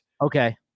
okay